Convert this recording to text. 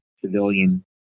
civilian